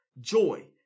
joy